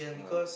ah